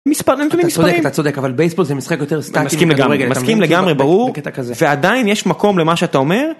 מספר נתונים מספרים אתה צודק אבל בייסבול זה משחק אחר לגמרי מסכים לגמרי ברור ועדיין יש מקום למה שאתה אומר.